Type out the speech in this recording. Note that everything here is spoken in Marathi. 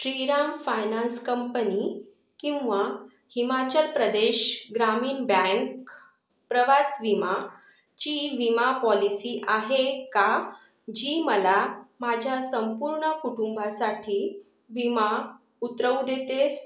श्रीराम फायनान्स कंपनी किंवा हिमाचल प्रदेश ग्रामीण बँक प्रवास विमा ची विमा पॉलिसी आहे का जी मला माझ्या संपूर्ण कुटुंबासाठी विमा उतरवू देते